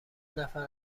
نفر